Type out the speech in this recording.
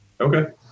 Okay